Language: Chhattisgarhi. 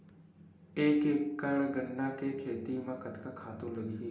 एक एकड़ गन्ना के खेती म कतका खातु लगही?